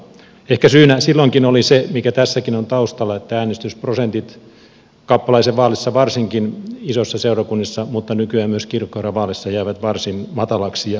ehkä syynä silloinkin oli se mikä tässäkin on taustalla että äänestysprosentit kappalaisen vaalissa varsinkin isoissa seurakunnissa mutta nykyään myös kirkkoherranvaalissa jäävät varsin mataliksi